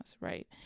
right